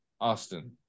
Austin